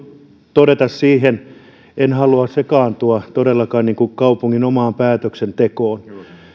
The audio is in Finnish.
todeta siihen että en halua sekaantua todellakaan kaupungin omaan päätöksentekoon